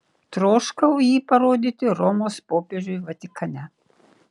troškau jį parodyti romos popiežiui vatikane